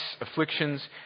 afflictions